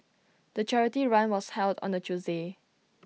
the charity run was held on A Tuesday